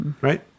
right